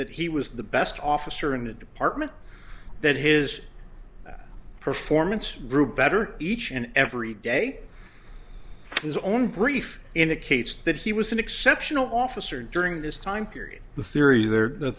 that he was the best officer in the department that his performance grew better each and every day his own brief indicates that he was an exceptional officer during this time period the